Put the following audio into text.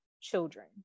children